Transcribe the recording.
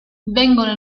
vengono